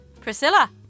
Priscilla